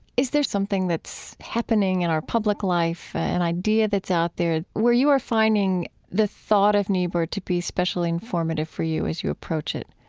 is there something that's happening in our public life, an idea that's out there where you are finding the thought of niebuhr to be especially informative for you as you approach it?